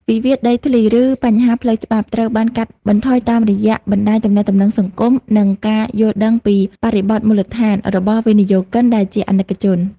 វិវាទដីធ្លី ឬបញ្ហាផ្លូវច្បាប់ត្រូវបានកាត់បន្ថយតាមរយៈ "បណ្ដាញទំនាក់ទំនងសង្គម" និង "ការយល់ដឹងពីបរិបទមូលដ្ឋាន" របស់វិនិយោគិន ដែលជាអនិកជន។